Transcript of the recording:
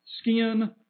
skin